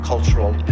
Cultural